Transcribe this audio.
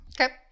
Okay